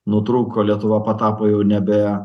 nutrūko lietuva patapo jau nebe